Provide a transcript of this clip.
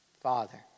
Father